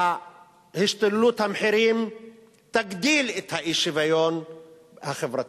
השתוללות המחירים תגדיל את האי-שוויון החברתי.